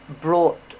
brought